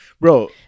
Bro